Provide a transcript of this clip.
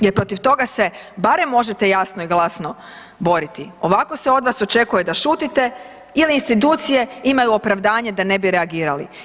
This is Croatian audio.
Jer protiv toga se barem možete jasno i glasno boriti, ovako se od vas očekuje da šutite jer institucije imaju opravdanje da ne bi reagirali.